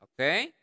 Okay